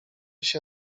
się